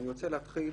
אני רוצה להתחיל